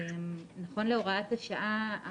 נכון להוראת השעה,